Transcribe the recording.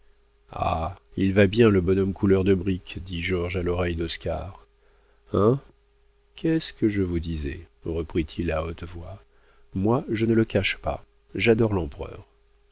ah il va bien le bonhomme couleur de brique dit georges à l'oreille d'oscar hein qu'est-ce que je vous disais reprit-il à haute voix moi je ne le cache pas j'adore l'empereur